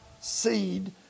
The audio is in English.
seed